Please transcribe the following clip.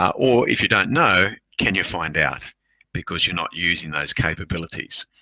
or if you don't know, can you find out because you're not using those capabilities?